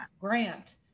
Grant